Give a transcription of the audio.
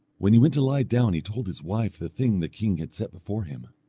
when he went to lie down he told his wife the thing the king had set before him.